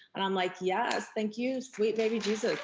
and i'm like, yes, thank you sweet baby jesus.